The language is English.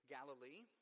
Galilee